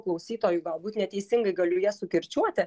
klausytojų galbūt neteisingai galiu jas sukirčiuoti